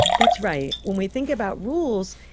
that's right. when we think about rules,